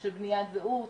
של בניית זהות,